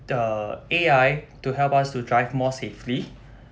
the A_I to help us to drive more safely